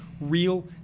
real